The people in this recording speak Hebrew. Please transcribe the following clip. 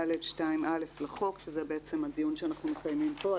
4(ד)(2)(א) לחוק שזה בעצם הדיון שאנחנו מקיימים פה,